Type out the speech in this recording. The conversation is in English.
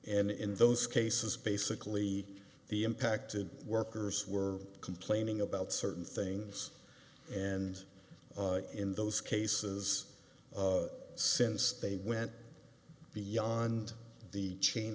and in those cases basically the impacted workers were complaining about certain things and in those cases since they went beyond the chain